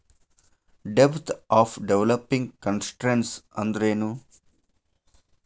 ಡೆಬ್ಟ್ of developing countries ಅಂದ್ರೇನು?